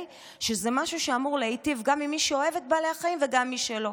זה משהו שאמור להיטיב גם עם מי שאוהב את בעלי החיים וגם עם מי שלא.